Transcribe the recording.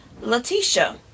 Letitia